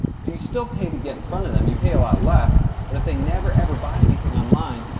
so you still pay to get in front of them, you pay a lot less. but if they never, ever buy anything online,